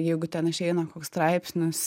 jeigu ten išeina koks straipsnis